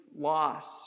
loss